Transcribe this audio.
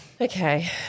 Okay